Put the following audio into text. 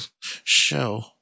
show